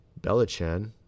Belichan